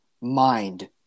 mind